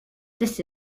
this